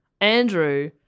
Andrew